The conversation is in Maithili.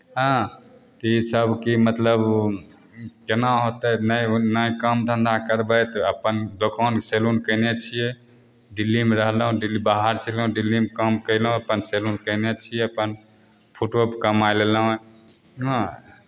हँ तऽ ईसब कि मतलब कोना होतै नहि नहि काम धन्धा करबै तऽ अपन दोकान सैलून कएने छिए दिल्लीमे रहलहुँ दिल बाहर चलि गेलहुँ दिल्लीमे काम कएलहुँ अपन सैलून कएने छिए अपन फुटो कमाइ लेलहुँ हँ